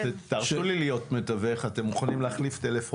תרשו לי להיות מתווך, אתם מוכנים טלפונים.